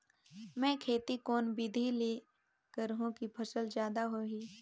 मै खेती कोन बिधी ल करहु कि फसल जादा होही